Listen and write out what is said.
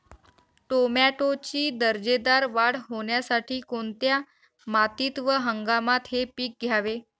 टोमॅटोची दर्जेदार वाढ होण्यासाठी कोणत्या मातीत व हंगामात हे पीक घ्यावे?